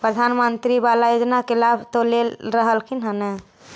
प्रधानमंत्री बाला योजना के लाभ तो ले रहल्खिन ह न?